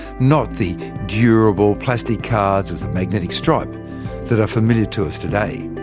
not the durable plastic cards with a magnetic stripe that are familiar to us today.